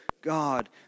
God